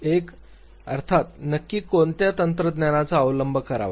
एक अर्थात नक्की कोणत्या तंत्रज्ञानाचा अवलंब करावा